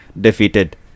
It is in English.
defeated